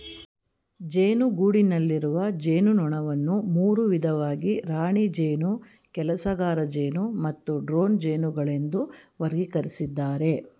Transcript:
ಜೇನುಗೂಡಿನಲ್ಲಿರುವ ಜೇನುನೊಣವನ್ನು ಮೂರು ವಿಧವಾಗಿ ರಾಣಿ ಜೇನು ಕೆಲಸಗಾರಜೇನು ಮತ್ತು ಡ್ರೋನ್ ಜೇನುಗಳೆಂದು ವರ್ಗಕರಿಸಿದ್ದಾರೆ